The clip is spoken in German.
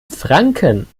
franken